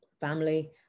family